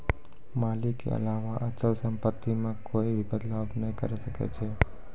मालिक के अलावा अचल सम्पत्ति मे कोए भी बदलाव नै करी सकै छै